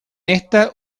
esta